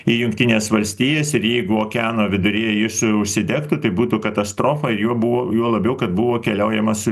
į jungtines valstijas ir jeigu okeano viduryje jis užsidegtų tai būtų katastrofa ir juo buvo juo labiau kad buvo keliaujama su